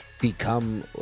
become